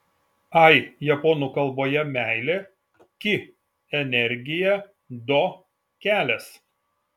ai japonų kalboje meilė ki energija do kelias